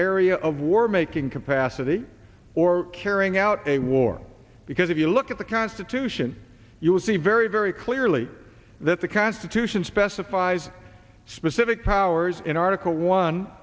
area of war making capacity or carrying out a war because if you look at the constitution you'll see very very clearly that the constitution specifies specific powers in article